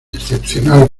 excepcional